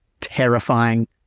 terrifying